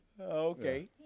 Okay